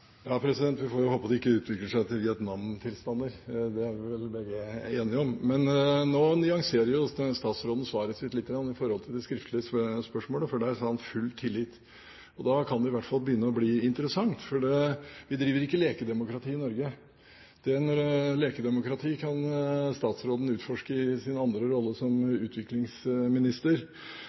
ikke utvikler seg til Vietnam-tilstander, det er vi vel begge enige om. Nå nyanserer jo statsråden svaret sitt litt i forhold til det skriftlige spørsmålet, for der sa han «full tillit». Da kan det i hvert fall begynne å bli interessant, for vi driver ikke lekedemokrati i Norge. Lekedemokrati kan statsråden utforske i sin andre rolle som